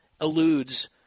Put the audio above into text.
eludes